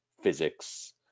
physics